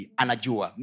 anajua